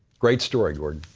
great story, gordon.